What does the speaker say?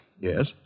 Yes